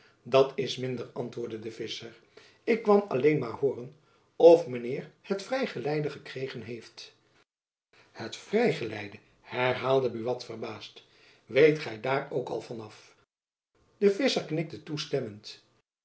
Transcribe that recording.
dat s minder antwoordde de visscher ik kwam alleen maer hooren of men heir het vrij geleide ekregen heit het vrij geleide herhaalde buat verbaasd weet gy daar ook al van af jacob van lennep elizabeth musch de visscher knikte toestemmend